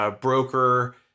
broker